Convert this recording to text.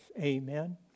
Amen